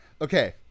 Okay